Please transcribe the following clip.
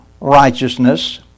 righteousness